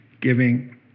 giving